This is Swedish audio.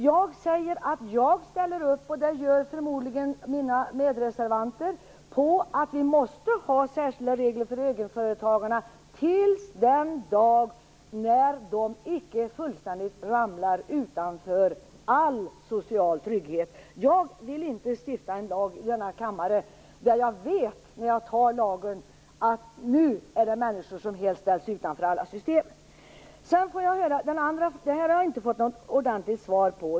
Jag ställer upp, och det gör förmodligen mina medreservanter också, på att vi måste ha särskilda regler för egenföretagarna till den dag när de icke fullständigt ramlar utanför all social trygghet. Jag vill inte stifta en lag i denna kammare om jag vet, när jag antar lagen, att det nu är människor som helt ställs utanför alla system. Detta har jag inte fått något ordentligt svar på.